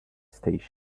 station